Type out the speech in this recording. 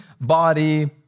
body